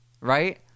right